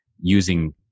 using